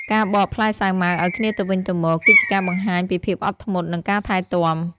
ការបកផ្លែសាវម៉ាវឱ្យគ្នាទៅវិញទៅមក គឺជាការបង្ហាញពីភាពអត់ធ្មត់ និងការថែទាំ។